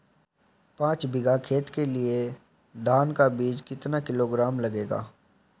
पाँच बीघा खेत के लिये धान का बीज कितना किलोग्राम लगेगा?